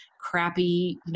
crappy